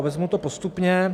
Vezmu to postupně.